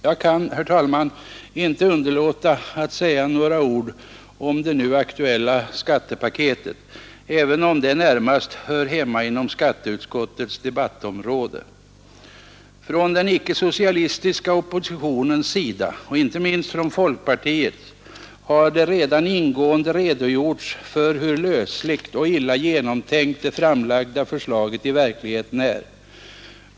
Jag kan, herr talman, inte underlåta att säga några ord om det nu aktuella skattepaketet, även om det närmast hör hemma inom skatteutskottets debattområde. Från den icke-socialistiska oppositionens sida — inte minst från folkpartiet — har det redan ingående redogjorts för hur lösligt och illa genomtänkt det framlagda förslaget i verkligheten är.